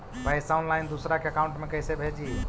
पैसा ऑनलाइन दूसरा के अकाउंट में कैसे भेजी?